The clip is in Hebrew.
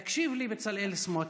תקשיב לי, בצלאל סמוטריץ':